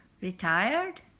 retired